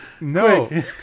No